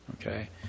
Okay